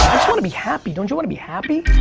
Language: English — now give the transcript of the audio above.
wanna be happy, don't you wanna be happy?